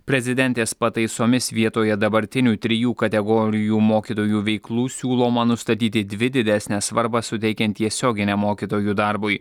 prezidentės pataisomis vietoje dabartinių trijų kategorijų mokytojų veiklų siūloma nustatyti dvi didesnę svarbą suteikiant tiesioginiam mokytojų darbui